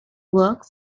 work